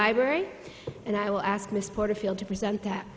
library and i will ask mr porterfield to present that